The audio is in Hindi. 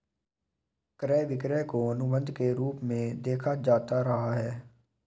क्रय विक्रय को अनुबन्ध के रूप में देखा जाता रहा है